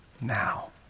now